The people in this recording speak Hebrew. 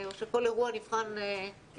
או שכל אירוע נבחן לגופו?